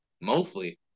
mostly